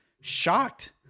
shocked